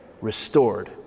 restored